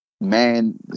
man